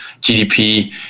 GDP